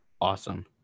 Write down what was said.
awesome